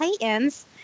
Titans